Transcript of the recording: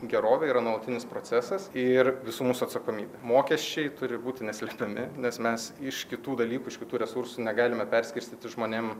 gerovė yra nuolatinis procesas ir visų mūsų atsakomybė mokesčiai turi būti neslepiami nes mes iš kitų dalykų iš kitų resursų negalime perskirstyti žmonėm